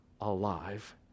alive